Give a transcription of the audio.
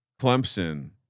Clemson